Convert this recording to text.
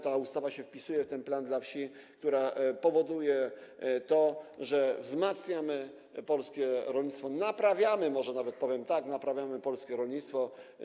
Ta ustawa wpisuje się w ten plan dla wsi, który powoduje to, że wzmacniamy polskie rolnictwo, naprawiamy, może nawet tak powiem, naprawiamy polskie rolnictwo.